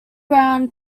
brown